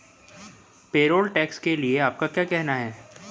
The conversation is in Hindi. पेरोल टैक्स के लिए आपका क्या कहना है?